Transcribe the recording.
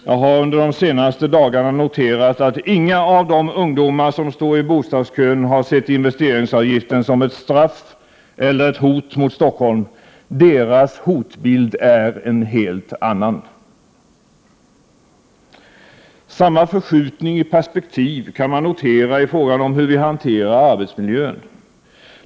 Jag har under de senaste dagarna noterat att inga av de ungdomar som står i bostadskön har sett investeringsavgiften som ett straff eller ett hot mot Stockholm. Deras hotbild är en helt annan! Samma förskjutning i perspektivet kan man notera i frågan om hur vi hanterar arbetsmiljön.